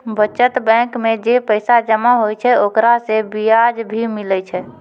बचत बैंक मे जे पैसा जमा होय छै ओकरा से बियाज भी मिलै छै